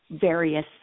Various